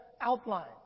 outline